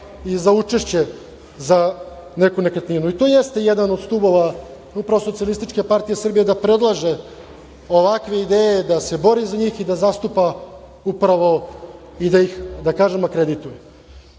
i za učešće za neku nekretninu. To jeste jedan od stubova upravo SPS da predlaže ovakve ideje, da se bori za njih i da zastupa upravo i da ih, da kažem, akredituje. Mogu